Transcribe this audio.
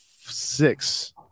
six